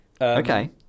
Okay